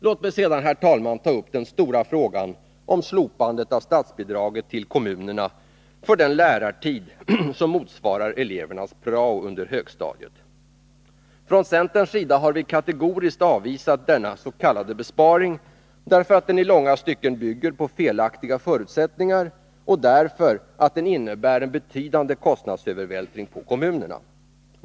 Låt mig sedan, herr talman, ta upp den stora frågan om slopandet av statsbidraget till kommunerna för den lärartid som motsvarar elevernas prao under högstadiet. Från centerns sida har vi kategoriskt avvisat denna s.k. besparing, därför att den i långa stycken bygger på felaktiga förutsättningar och därför att den innebär en betydande kostnadsövervältring på kommunerna.